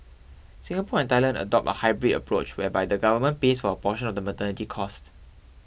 Singapore and Thailand adopt a hybrid approach whereby the government pays for a portion of the maternity costs